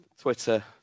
Twitter